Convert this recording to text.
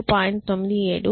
97 0